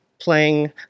playing